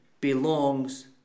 belongs